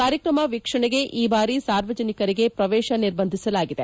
ಕಾರ್ಯಕ್ರಮ ವೀಕ್ಷಣೆಗೆ ಈ ಬಾರಿ ಸಾರ್ವಜನಿಕರಿಗೆ ಪ್ರವೇಶ ನಿರ್ಬಂಧಿಸಲಾಗಿದೆ